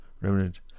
remnant